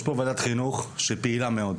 יש פה ועדת חינוך שפעילה מאוד.